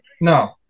No